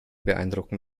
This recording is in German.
beeindrucken